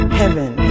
heaven